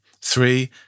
Three